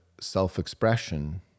self-expression